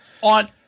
On